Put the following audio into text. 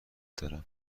دارم